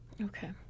Okay